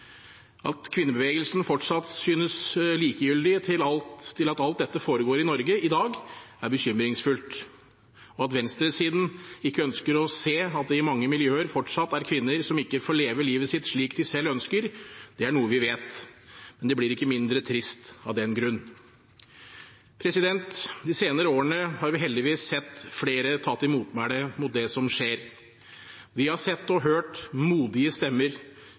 At kvinnebevegelsen fortsatt synes å være likegyldig til at alt dette foregår i Norge i dag, er bekymringsfullt. Og at venstresiden ikke ønsker å se at det i mange miljøer fortsatt er kvinner som ikke får leve livet sitt slik de selv ønsker, er noe vi vet. Men det blir ikke mindre trist av den grunn. De senere årene har vi heldigvis sett flere ta til motmæle mot det som skjer. Vi har hørt modige stemmer,